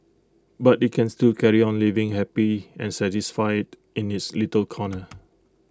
but IT can still carry on living happy and satisfied in its little corner